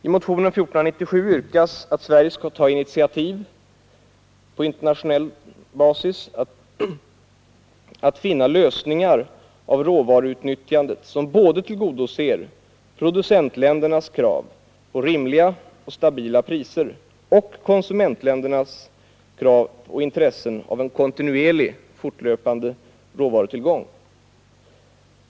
I motionen 1497 yrkas att Sverige skall ta initiativ till att på internationell basis finna lösningar på råvaruutnyttjandet som både tillgodoser producentländernas krav på rimliga och stabila priser och konsumentländernas intressen av kontinuerlig råvarutillgång.